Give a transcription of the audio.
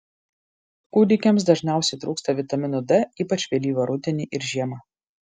kūdikiams dažniausiai trūksta vitamino d ypač vėlyvą rudenį ir žiemą